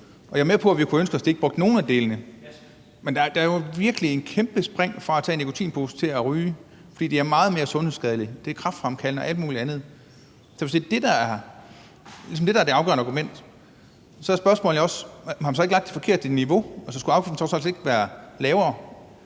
Jeg er med på, at vi kunne ønske os, at de ikke brugte nogen af delene, men der er jo virkelig et kæmpe spring fra at tage en nikotinpose til at ryge, for det at ryge er meget mere sundhedsskadeligt; det er kræftfremkaldende og alt muligt andet. Hvis det er det, der er det afgørende argument, er spørgsmålet jo også, om man så ikke har lagt det forkerte niveau. Altså skulle afgiften så trods alt ikke være lavere?